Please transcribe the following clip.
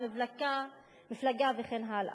מפלגה וכן הלאה.